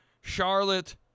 Charlotte